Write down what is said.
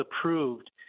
approved